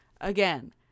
Again